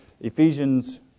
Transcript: Ephesians